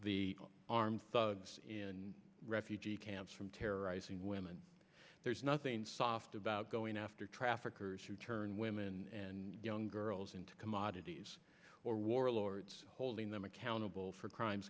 the armed thugs in refugee camps from terrorizing women there's nothing soft about going after traffickers who turn women and young girls into commodities or warlords holding them accountable for crimes